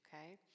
okay